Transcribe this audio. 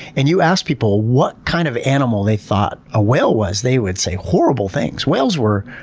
and you ask people what kind of animal they thought a whale was, they would say horrible things. whales were,